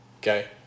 okay